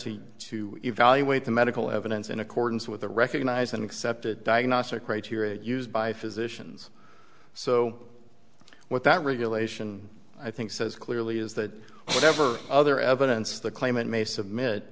to to evaluate the medical evidence in accordance with the recognized and accepted diagnostic criteria used by physicians so what that regulation i think says clearly is that whatever other evidence the claimant may submit